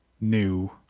new